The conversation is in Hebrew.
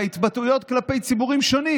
בהתבטאויות כלפי ציבורים שונים.